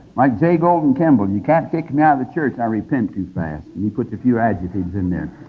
like j. golden kimball, you can't kick me out of the church, i repent too. fast and he puts a few adjectives in there.